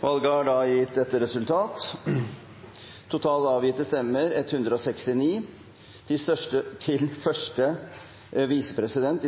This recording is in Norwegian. Valget hadde dette resultatet: Det ble avgitt totalt 169 stemmer. Til Stortingets første visepresident